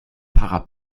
para